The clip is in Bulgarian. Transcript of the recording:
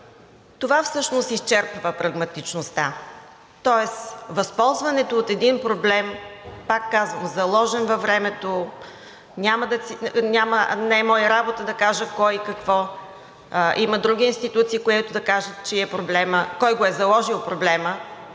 Това всъщност изчерпва прагматичността. Тоест, възползването от един проблем, пак казвам – заложен във времето, не е моя работа да кажа кой, какво. Има други институции, които да кажат чий е проблемът, кой е заложил проблема.